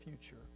future